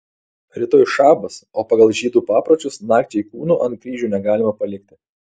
rytoj šabas o pagal žydų papročius nakčiai kūnų ant kryžių negalima palikti